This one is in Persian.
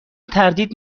تردید